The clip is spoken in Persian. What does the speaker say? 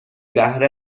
بهره